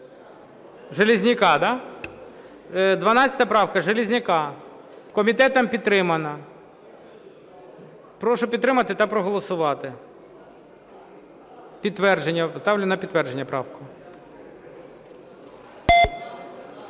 Железняка, да? 12 правка Железняка. Комітетом підтримана. Прошу підтримати та проголосувати. Підтвердження, ставлю на підтвердження правку.